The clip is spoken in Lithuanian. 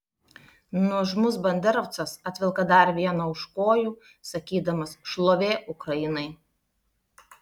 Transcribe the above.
nuožmus banderovcas atvelka dar vieną už kojų sakydamas šlovė ukrainai